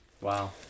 Wow